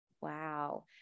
Wow